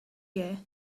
year